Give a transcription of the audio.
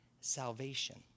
salvation